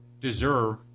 deserve